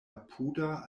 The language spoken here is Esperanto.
apuda